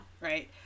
Right